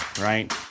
right